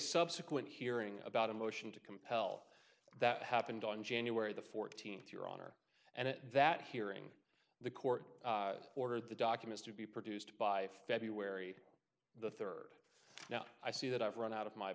subsequent hearing about a motion to compel that happened on january the fourteenth your honor and at that hearing the court ordered the documents to be produced by february the third now i see that i've run out of my